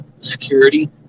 security